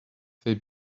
they